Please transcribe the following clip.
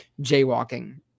jaywalking